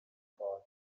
record